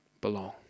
belong